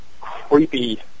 creepy